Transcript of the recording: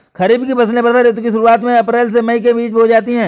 खरीफ की फसलें वर्षा ऋतु की शुरुआत में अप्रैल से मई के बीच बोई जाती हैं